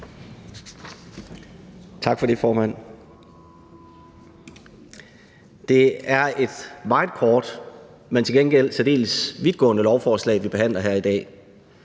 Tak for det, formand. Det er et meget kort, men til gengæld særdeles vidtgående lovforslag, vi behandler her i dag.